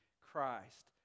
Christ